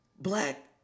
black